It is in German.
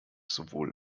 sowohl